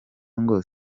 ngo